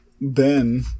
ben